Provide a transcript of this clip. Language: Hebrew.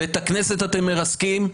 ואת הכנסת אתם מרסקים,